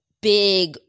big